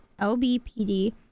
LBPD